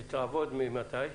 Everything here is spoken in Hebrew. שתעבוד עד מתי?